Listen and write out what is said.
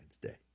Day